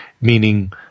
meaning